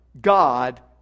God